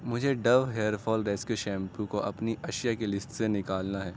مجھے do hair fall rescue shampoo کو اپنی اشیا کی لسٹ سے نکالنا ہے